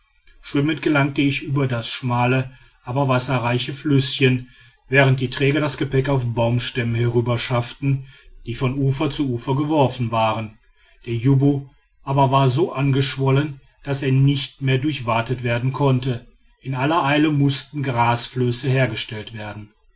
schwimmend gelangte ich über das schmale aber wasserreiche flüßchen während die träger das gepäck auf baumstämmen hinüberschafften die von ufer zu ufer geworfen waren der jubbo aber war so angeschwollen daß er nicht mehr durchwatet werden konnte in aller eile mußten grasflöße hergestellt werden